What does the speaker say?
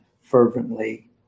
fervently